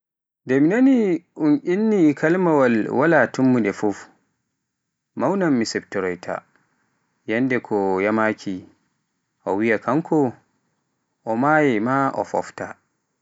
Nde mi naani un inni kalimaawal wala tammunde, mawnan mi siftoyta yannde ko o yamaaki, o wiya kanko o mayay o fofta.